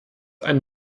einen